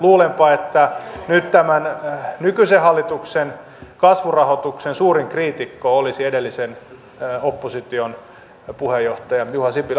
luulenpa että nyt tämän nykyisen hallituksen kasvurahoituksen suurin kriitikko olisi edellisen opposition puheenjohtaja juha sipilä